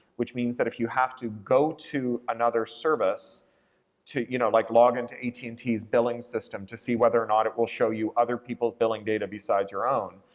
which means that if you have to go to another service to, you know, like log into and t's billing system to see whether or not it will show you other people's billing data besides your own,